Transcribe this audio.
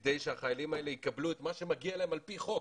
כדי שהחיילים האלה יקבלו את מה שמגיע להם על פי חוק.